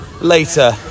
later